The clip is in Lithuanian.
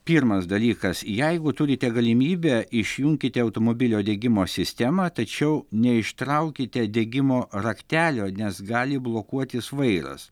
pirmas dalykas jeigu turite galimybę išjunkite automobilio degimo sistemą tačiau neištraukite degimo raktelio nes gali blokuotis vairas